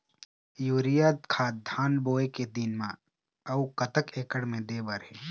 Urea खाद धान बोवे के दिन म अऊ कतक एकड़ मे दे बर हे?